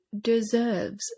deserves